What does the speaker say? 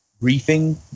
briefing